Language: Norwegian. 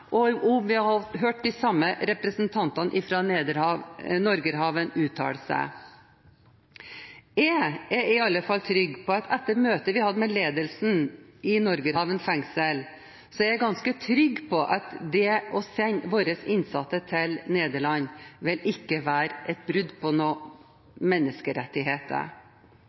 representantene fra Norgerhaven uttale seg. Etter møtet vi hadde med ledelsen i Norgerhaven fengsel, er jeg ganske trygg på at det å sende våre innsatte til Nederland ikke vil være et brudd på menneskerettigheter.